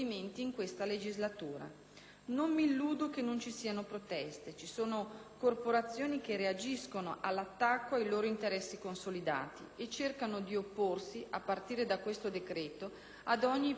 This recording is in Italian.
Non mi illudo che non ci siano proteste. Ci sono corporazioni che reagiscono all'attacco ai loro interessi consolidati e cercano di opporsi, a partire da questo decreto, ad ogni ipotesi di reale cambiamento.